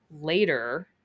later